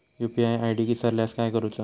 UPI ID इसरल्यास काय करुचा?